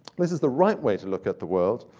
this is the right way to look at the world.